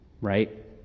Right